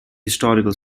historical